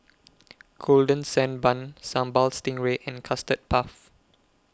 Golden Sand Bun Sambal Stingray and Custard Puff